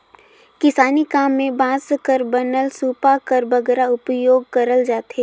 किसानी काम मे बांस कर बनल सूपा कर बगरा उपियोग करल जाथे